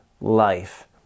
life